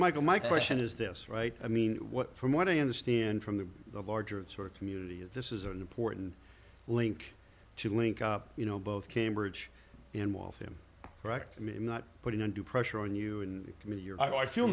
michael my question is this right i mean what from what i understand from the larger sort of community if this is an important link to link up you know both cambridge and off him correct me i'm not putting undue pressure on you and i